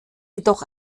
jedoch